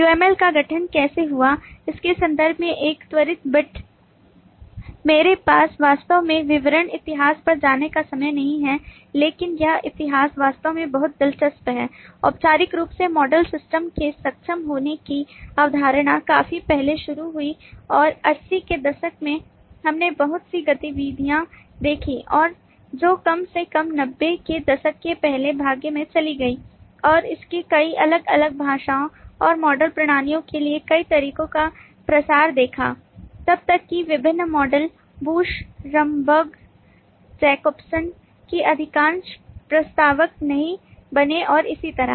UML का गठन कैसे हुआ इसके संदर्भ में एक त्वरित बिट I मेरे पास वास्तव में विवरण इतिहास पर जाने का समय नहीं है लेकिन यह इतिहास वास्तव में बहुत दिलचस्प है औपचारिक रूप से मॉडल सिस्टम में सक्षम होने की अवधारणा काफी पहले शुरू हुई और 80 के दशक में हमने बहुत सी गतिविधियाँ देखीं और जो कम से कम 90 के दशक के पहले भाग में चली गईं और इसने कई अलग अलग भाषाओं और मॉडल प्रणालियों के लिए कई तरीकों का प्रसार देखा जब तक कि विभिन्न मॉडल Booch Rumbaugh Jacobson के अधिकांश प्रस्तावक नहीं बने और इसी तरह